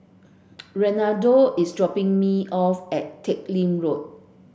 Renaldo is dropping me off at Teck Lim Road